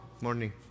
morning